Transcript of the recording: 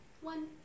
One